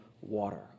water